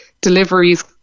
deliveries